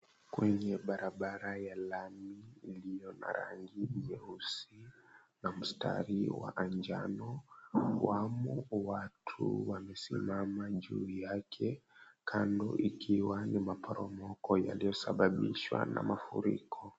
Kwenye barabara ya lami iliyo na rangi nyeusi na msatri wa njano wamo watu wamesimama juu yake kando ikiwa ni maporomoko yaliyosababishwa na mafuriko.